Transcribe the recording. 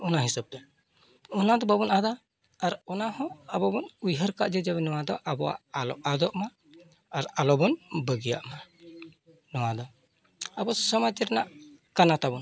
ᱚᱱᱟ ᱦᱤᱥᱟᱹᱵᱽᱛᱮ ᱚᱱᱟᱫᱚ ᱵᱟᱵᱚᱱ ᱟᱫᱟ ᱟᱨ ᱚᱱᱟ ᱦᱚᱸ ᱟᱵᱚᱵᱚᱱ ᱩᱭᱦᱟᱹᱨ ᱠᱟᱜᱼᱟ ᱡᱮ ᱱᱚᱣᱟ ᱫᱚ ᱟᱵᱚᱣᱟᱜ ᱟᱞᱚ ᱟᱫᱚᱜᱢᱟ ᱟᱨ ᱟᱞᱚᱵᱚᱱ ᱵᱟᱹᱜᱤᱭᱟᱜᱢᱟ ᱱᱚᱣᱟ ᱫᱚ ᱟᱵᱚ ᱥᱚᱢᱟᱡᱽ ᱨᱮᱱᱟᱜ ᱠᱟᱱᱟ ᱛᱟᱵᱚᱱ